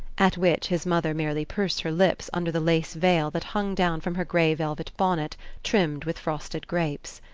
at which his mother merely pursed her lips under the lace veil that hung down from her grey velvet bonnet trimmed with frosted grapes.